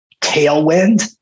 tailwind